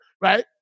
right